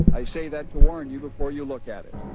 i say that to warn you before you look at it.